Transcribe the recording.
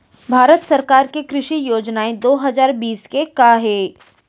भारत सरकार के कृषि योजनाएं दो हजार बीस के का हे?